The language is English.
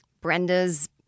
Brenda's